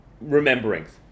rememberings